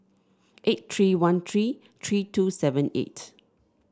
eight three one three three two seven eight